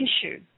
tissue